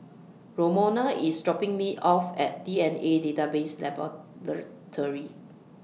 Romona IS dropping Me off At D N A Database Laboratory